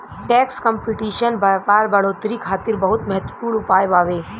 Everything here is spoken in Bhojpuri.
टैक्स कंपटीशन व्यापार बढ़ोतरी खातिर बहुत महत्वपूर्ण उपाय बावे